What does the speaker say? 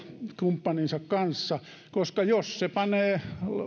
kumppaninsa kanssa koska jos tämä panee